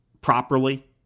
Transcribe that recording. properly